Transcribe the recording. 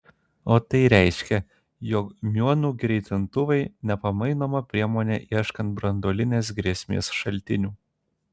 o tai reiškia jog miuonų greitintuvai nepamainoma priemonė ieškant branduolinės grėsmės šaltinių